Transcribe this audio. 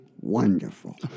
wonderful